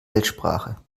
weltsprache